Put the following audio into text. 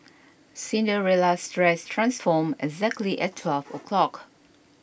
Cinderella's dress transformed exactly at twelve o'clock